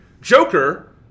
Joker